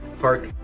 park